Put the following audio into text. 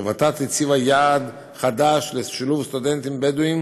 ות"ת הציבה יעד חדש לשילוב סטודנטים בדואים